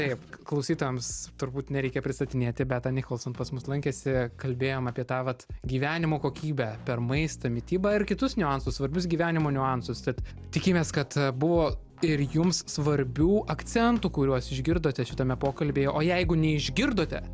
taip klausytojams turbūt nereikia pristatinėti beata nikolson pas mus lankėsi kalbėjom apie tą vat gyvenimo kokybę per maistą mitybą ir kitus niuansus svarbius gyvenimo niuansus tad tikimės kad buvo ir jums svarbių akcentų kuriuos išgirdote šitame pokalbyje o jeigu neišgirdote